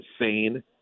insane